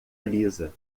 lisa